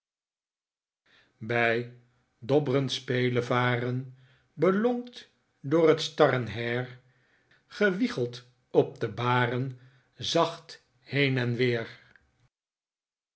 bij t dobbrend spelevaren belonkt door t starrenheir gewiegeld op de baren zacht heen en weer